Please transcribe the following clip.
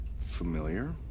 familiar